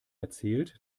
erzählt